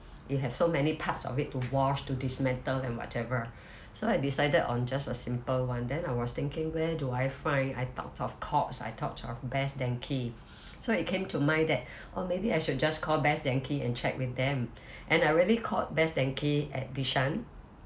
you have so many parts of it to wash to dismantle and whatever so I decided on just a simple one then I was thinking where do I find I thought of courts I thought of best denki so it came to mind that oh maybe I should just call best denki and check with them and I really called best denki at bishan